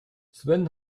sven